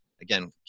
again